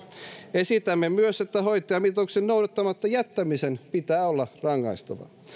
esitämme myös että hoitajamitoituksen noudattamatta jättämisen pitää olla rangaistavaa